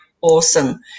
Awesome